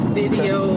video